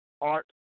art